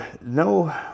no